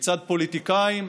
מצד פוליטיקאים,